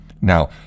Now